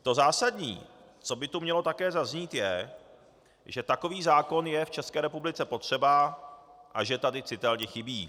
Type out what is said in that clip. To zásadní, co by tu mělo také zaznít, je, že takový zákon je v České republice potřeba a že tady citelně chybí.